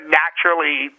naturally